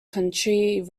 country